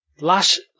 Last